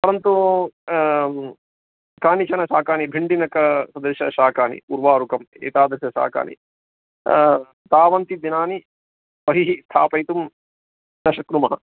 परन्तु कानिचन शाकानि भिण्डिनकप्रदेशशाकानि उर्वारुकम् एतादृशशाकानि तावन्ति दिनानि बहिः स्थापयितुं न शक्नुमः